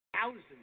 Thousands